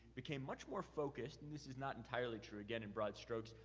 became much more focused, and this is not entirely true, again in broad strokes,